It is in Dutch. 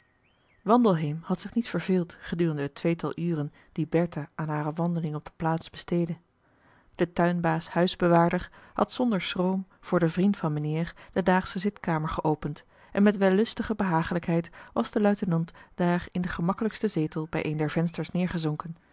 wandelheem had zich niet verveeld gedurende het tweetal uren die bertha aan hare wandeling op de plaats besteedde de tuinbaas huisbewaarder had zonder schroom voor den vriend van mijnheer de daagsche zitkamer geopend en met wellustige behagelijkheid was de luitenant daar in den gemakkelijksten zetel bij een der vensters neergezonken